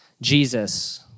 Jesus